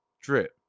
Drip